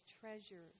treasure